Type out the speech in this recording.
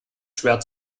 schwer